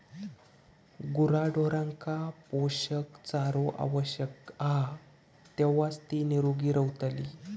गुराढोरांका पोषक चारो आवश्यक हा तेव्हाच ती निरोगी रवतली